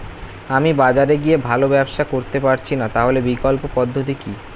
আমি বাজারে গিয়ে ভালো ব্যবসা করতে পারছি না তাহলে বিকল্প পদ্ধতি কি?